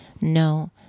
No